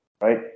right